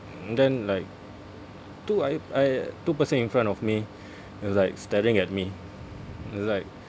then like two I I two person in front of me was like staring at me it's like